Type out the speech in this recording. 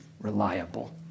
reliable